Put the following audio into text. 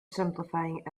simplifying